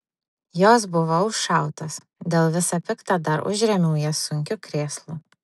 jos buvo užšautos dėl visa pikta dar užrėmiau jas sunkiu krėslu